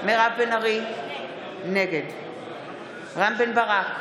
מירב בן ארי, נגד רם בן ברק,